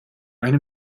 eine